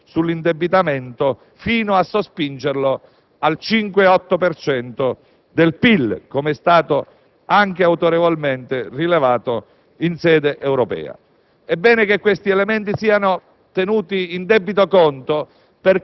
da questa pesante eredità debitoria che incide sull'indebitamento fino a sospingerlo al 5,8 per cento del PIL, come è stato anche autorevolmente rilevato in sede europea.